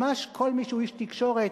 ממש כל מי שהוא איש תקשורת